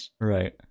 Right